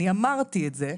אני אמרתי את זה,